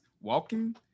walking